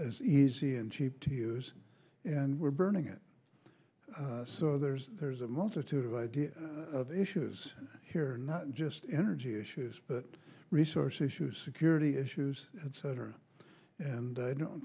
easy and cheap to use and we're burning it so there's there's a multitude of ideas of issues here not just energy issues but resource issues security issues etc and i don't